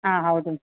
ಹಾಂ ಹೌದು